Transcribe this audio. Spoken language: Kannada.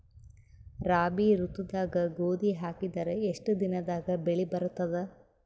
ರಾಬಿ ಋತುದಾಗ ಗೋಧಿ ಹಾಕಿದರ ಎಷ್ಟ ದಿನದಾಗ ಬೆಳಿ ಬರತದ?